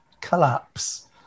collapse